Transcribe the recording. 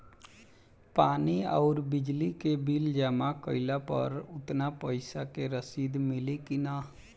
पानी आउरबिजली के बिल जमा कईला पर उतना पईसा के रसिद मिली की न?